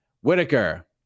Whitaker